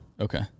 Okay